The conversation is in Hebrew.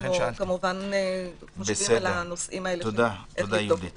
אנחנו כמובן חושבים על הנושאים האלה ואיך לבדוק אותם.